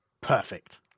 perfect